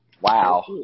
Wow